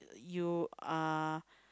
you uh